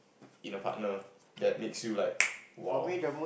in a partner that makes you like !wow!